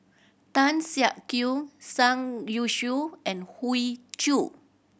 Tan Siak Kew Youshuo and Hoey Choo